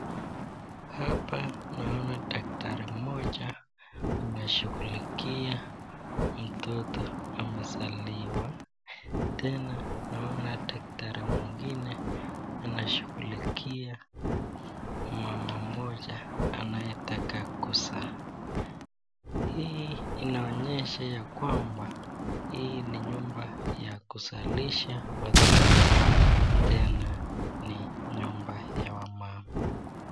Hapa naona daktari mmoja anashughulikia mtoto amezaliwa. Tena, naona daktari mwingine anashughulikia mama mmoja anayetaka kuzaa. Hii inaonyesha ya kwamba hii ni nyumba ya kuzalisha watoto, tena ni nyumba ya wamama.